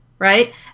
right